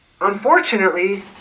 unfortunately